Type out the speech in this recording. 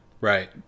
right